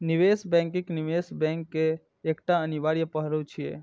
निवेश बैंकिंग निवेश बैंक केर एकटा अनिवार्य पहलू छियै